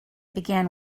began